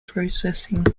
processing